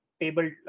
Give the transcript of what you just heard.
table